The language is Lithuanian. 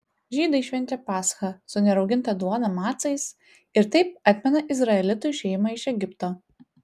žydai švenčia paschą su nerauginta duona macais ir taip atmena izraelitų išėjimą iš egipto